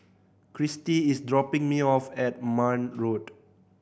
Cristy is dropping me off at Marne Road